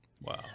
Wow